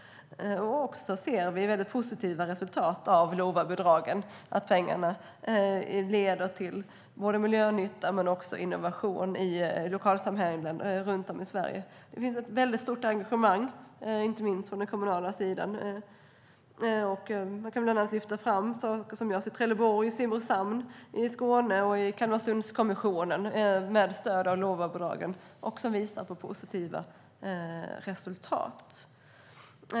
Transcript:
Vi ser också positiva resultat av LOVA-bidragen - pengarna leder till miljönytta men också till innovation i lokalsamhällen runt om i Sverige. Det finns ett stort engagemang, inte minst på den kommunala sidan. Jag kan bland annat lyfta fram Trelleborg och Simrishamn i Skåne och Kalmarsundskommissionen, som med stöd av LOVA-bidragen visar positiva resultat.